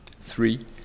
Three